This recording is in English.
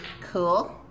Cool